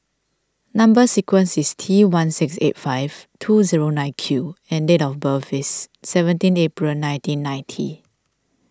Number Sequence is T one six eight five two zero nine Q and date of birth is seventeen April nineteen ninety